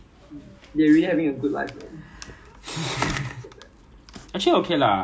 because they still experience uh con~ confinement after these two weeks cause two weeks they at home mah